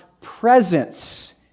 presence